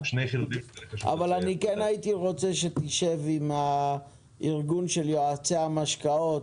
אני כן רוצה שתשב עם ארגון יועצי המשכנתאות,